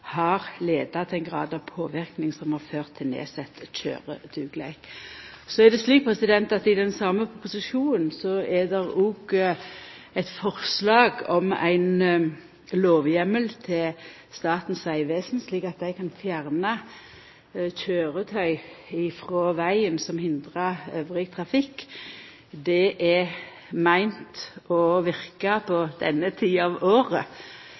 har ført til ein grad av påverknad som har ført til nedsett kjøredugleik. Så er det slik at i den same proposisjonen er det òg eit forslag om ein lovheimel til Statens vegvesen, slik at dei kan fjerna kjøretøy som hindrar annan trafikk, frå vegen. Det er meint å verka på denne tida av året.